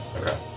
Okay